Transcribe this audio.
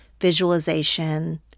visualization